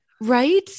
right